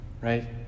right